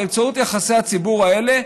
באמצעות יחסי הציבור האלה,